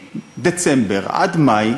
מדצמבר עד מאי,